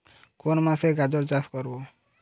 কোন মাসে গাজর চাষ করব?